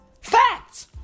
Facts